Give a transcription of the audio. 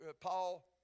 Paul